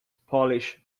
polish